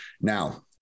Now